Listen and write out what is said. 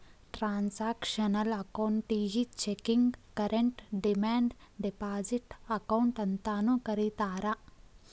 transactional ಅಕೌಂಟಿಗಿ checking current demand deposit account ಅಂತಾನೂ ಕರಿತಾರಾ